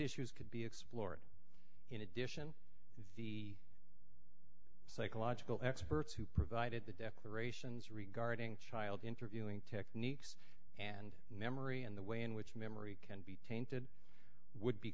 issues could be explored in addition the psychological experts who provided the declarations regarding child interviewing techniques and memory and the way in which memory can be tainted would be